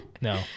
no